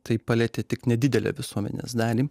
tai palietė tik nedidelę visuomenės dalį